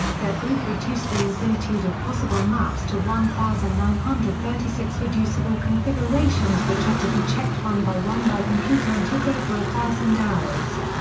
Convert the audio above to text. their proof reduced the infinitude of possible maps to one thousand nine hundred and thirty six reducible configurations which had to be checked one by one by computer and took over a thousand hours.